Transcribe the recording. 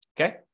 Okay